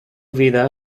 vida